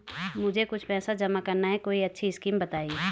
मुझे कुछ पैसा जमा करना है कोई अच्छी स्कीम बताइये?